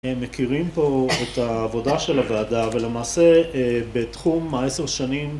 מכירים פה את העבודה של הוועדה ולמעשה בתחום העשר שנים